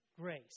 grace